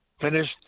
finished